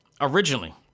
originally